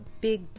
big